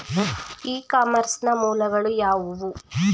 E commerce ನ ಮೂಲಗಳು ಯಾವುವು?